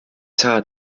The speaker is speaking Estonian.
saa